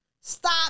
Stop